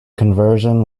conversion